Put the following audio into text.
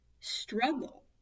struggle